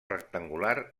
rectangular